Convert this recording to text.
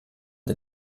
der